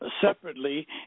separately